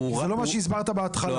זה לא מה שהסברת בהתחלה.